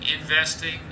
investing